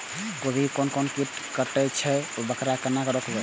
गोभी के कोन कीट कटे छे वकरा केना रोकबे?